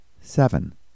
seven